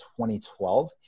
2012